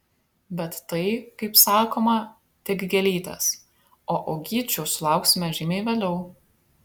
bet tai kaip sakoma tik gėlytės o uogyčių sulauksime žymiai vėliau